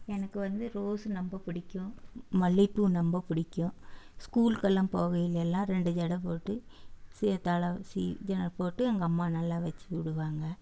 எனக்கு வந்து ரோஸ்ஸு ராெம்ப பிடிக்கும் மல்லிகைப்பூ ரொம்ப பிடிக்கும் ஸ்கூலுக்கெல்லாம் போகையிலெலாம் ரெண்டு ஜடை போட்டு சீய தலை சீ ஜடை போட்டு எங்கள் அம்மா நல்ல வச்சு விடுவாங்க